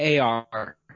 AR